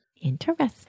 Interesting